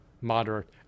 moderate